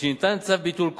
"משניתן צו ביטול,